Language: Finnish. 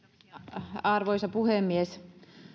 arvoisa puhemies